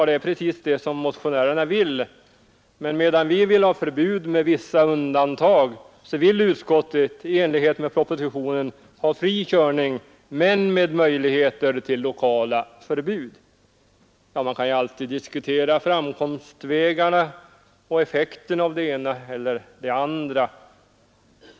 Det är precis det som motionärerna vill, men medan vi vill ha förbud med vissa undantag, så vill utskottet i enlighet med propositionen ha fri körning men med möjligheter till lokala förbud. Man kan alltid diskutera framkomstvägarna och effekten av det ena eller det andra.